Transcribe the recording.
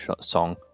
song